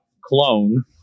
clone